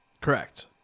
Correct